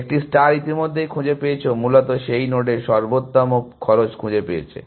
একটি ষ্টার ইতিমধ্যেই খুঁজে পেয়েছো মূলত সেই নোডের সর্বোত্তম খরচ খুঁজে পেয়েছে